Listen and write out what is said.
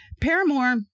Paramore